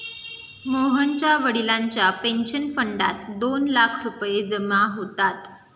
मोहनच्या वडिलांच्या पेन्शन फंडात दोन लाख रुपये जमा होतात